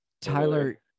Tyler